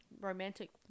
romantic